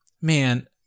man